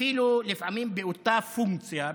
אפילו לפעמים באותה פונקציה,